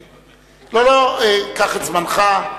לא, קח את זמנך.